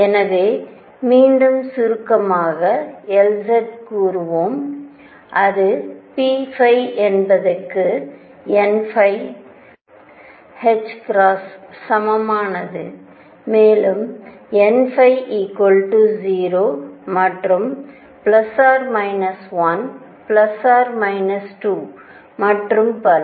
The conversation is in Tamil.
எனவேமீண்டும் சுருக்கமாகக் Lz கூறுவோம் அது p என்பதுக்கு n சமமானது மேலும் n 0 மற்றும் ± 1 ± 2 மற்றும் பல